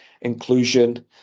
inclusion